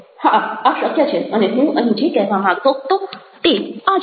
હા આ શક્ય છે અને હું અહીં જે કહેવા માગતો હતો તે આ જ છે